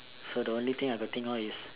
so the only thing I could think all is